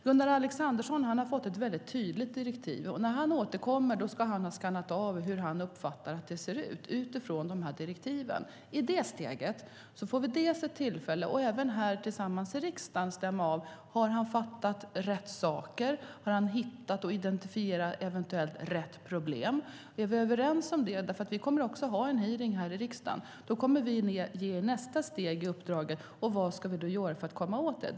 Gunnar Alexandersson har fått ett väldigt tydligt direktiv. När han återkommer ska han utifrån direktiven ha skannat av hur han uppfattar att det ser ut. I det steget får vi dels tillfälle, även tillsammans här i riksdagen, att stämma av om han har fattat rätt saker. Har han hittat och identifierat rätt problem? Är vi överens om det - vi kommer nämligen också att ha en hearing i riksdagen - kommer vi i nästa steg att ge uppdraget att se vad vi ska göra för att komma åt det.